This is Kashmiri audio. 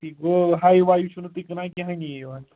گوٚو ہاے واجنہِ چھُنہٕ تُہۍ کٕنان ہَنی یوٚت